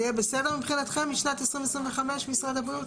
זה יהיה בסדר מבחינתכם משנת 2025, משרד הבריאות?